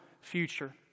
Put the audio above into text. future